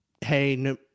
hey